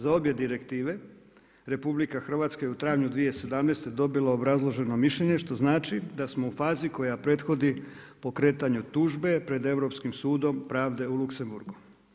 Za obje direktive RH je u trajanju 2017. dobilo obrazloženo mišljenje, što znači, da smo u fazi koja prethodi pokretanju tužbe, pred Europskim sudom pravde u Luxembourgu.